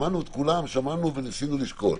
שמענו את כולם וניסינו לשקול.